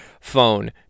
phone